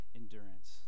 endurance